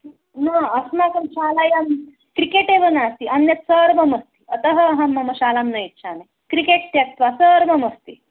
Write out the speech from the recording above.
न अस्माकं शालायां क्रिकेट् एव नास्ति अन्यत् सर्वमस्ति अतः अहं मम शालां न इच्छामि क्रिकेट् त्यक्त्वा सर्वमस्ति